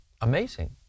amazing